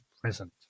present